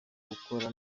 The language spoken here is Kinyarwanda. gukora